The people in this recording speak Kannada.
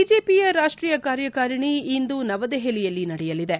ಬಿಜೆಪಿಯ ರಾಷ್ವೀಯ ಕಾರ್ಯಕಾರಿಣಿ ಇಂದು ನವದೆಹಲಿಯಲ್ಲಿ ನಡೆಯಲಿದೆ